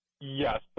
Yes